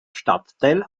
stadtteil